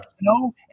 no